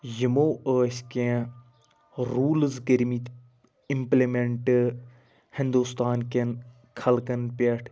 یمو ٲسۍ کیٚنٛہہ روٗلٕز کٔرمِتۍ اِمپلِمیٚنٹہٕ ہندوستان کیٚن خلقَن پٮ۪ٹھ